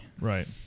right